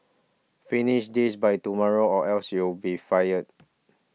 finish this by tomorrow or else you'll be fired